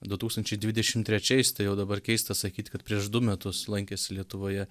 du tūkstančiai dvidešimt trečiais tai jau dabar keista sakyti kad prieš du metus lankėsi lietuvoje